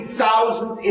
thousand